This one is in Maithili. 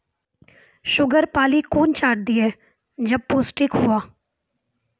शुगर पाली कौन चार दिय जब पोस्टिक हुआ?